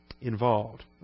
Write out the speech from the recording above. involved